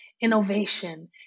innovation